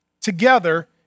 together